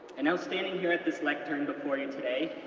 and now standing here at this lectern before you today,